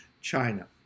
China